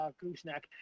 gooseneck